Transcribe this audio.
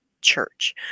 church